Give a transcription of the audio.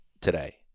today